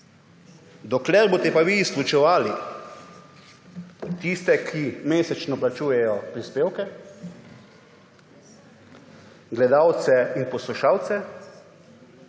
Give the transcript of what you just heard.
Dokler boste pa vi izključevali tiste, ki mesečno plačujejo prispevke, gledalce in poslušalce,